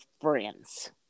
friends